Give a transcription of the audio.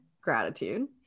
gratitude